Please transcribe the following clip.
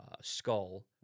skull